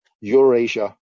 Eurasia